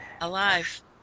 alive